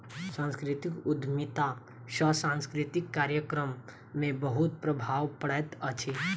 सांस्कृतिक उद्यमिता सॅ सांस्कृतिक कार्यक्रम में बहुत प्रभाव पड़ैत अछि